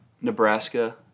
Nebraska